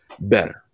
better